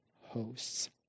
hosts